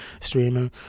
streamer